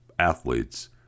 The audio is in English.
athletes